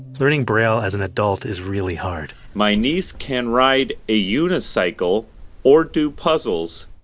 learning braille as an adult is really hard my niece can ride a unicycle or do puzzles